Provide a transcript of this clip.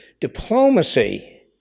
Diplomacy